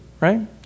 right